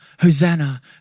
Hosanna